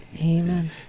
Amen